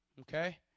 Okay